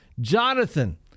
Jonathan